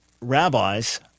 rabbis